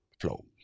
flow